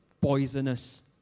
poisonous